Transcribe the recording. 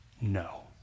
No